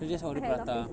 so just order prata